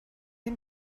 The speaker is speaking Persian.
این